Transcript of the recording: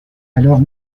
alors